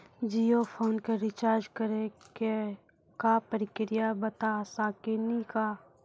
Jio phone के recharge करे के का प्रक्रिया बता साकिनी का?